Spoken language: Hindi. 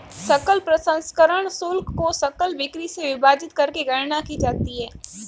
सकल प्रसंस्करण शुल्क को सकल बिक्री से विभाजित करके गणना की जाती है